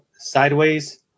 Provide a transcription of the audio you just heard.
sideways